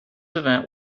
event